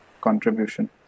contribution